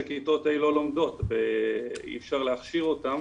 כיתות ה' לא לומדות ואי אפשר להכשיר אותן